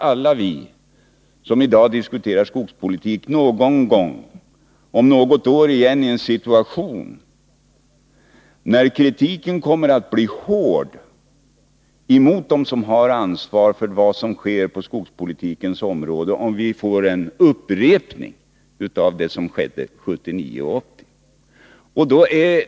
Alla vi som i dag diskuterar skogspolitiken kan om något år igen sitta i en situation då kritiken kommer att bli hård mot dem som har ansvaret för vad som sker på skogspolitikens område, om vi får en upprepning av det som skedde 1979-1980.